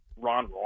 Ron